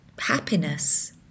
Happiness